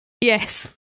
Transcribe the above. Yes